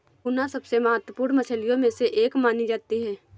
tuna सबसे महत्त्वपूर्ण मछलियों में से एक मानी जाती है